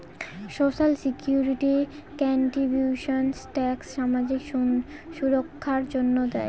social security contributions tax সামাজিক সুররক্ষার জন্য দেয়